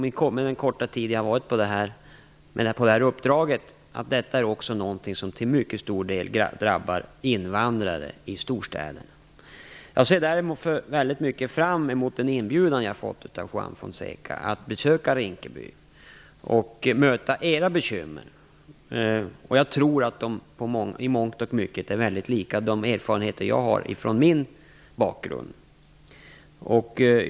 Under min korta tid i detta uppdrag har jag konstaterat att detta är något som till stor del drabbar invandrare i storstäderna. Jag ser däremot mycket fram emot den inbjudan jag har fått från Juan Fonseca att besöka Rinkeby och möta bekymren där. Jag tror i mångt och mycket att de erfarenheter jag har från min bakgrund är lika med era.